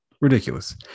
ridiculous